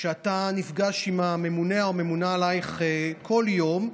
כשאתה נפגש עם הממונֶה או הממונָה עלייך כל יום,